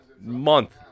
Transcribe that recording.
month